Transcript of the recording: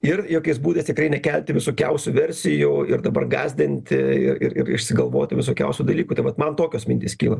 ir jokiais būdais tikrai nekelti visokiausių versijų ir dabar gąsdinti ir ir ir išsigalvoti visokiausių dalykų tai vat man tokios mintys kyla